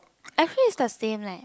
I feel is the same like